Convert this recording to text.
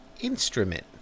instrument